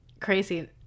crazy